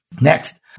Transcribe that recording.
Next